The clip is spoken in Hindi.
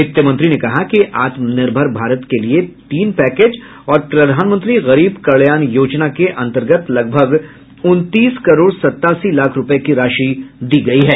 वित्तमंत्री ने कहा कि आत्मनिर्भर भारत के लिए तीन पैकेज और प्रधानमंत्री गरीब कल्याण योजना के अंतर्गत लगभग उनतीस करोड़ सतासी लाख रुपये की राशि दी गई है